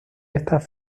estas